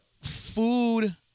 food